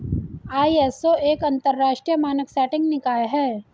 ISO एक अंतरराष्ट्रीय मानक सेटिंग निकाय है